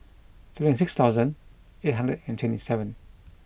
twenty six thousand eight hundred and twenty seven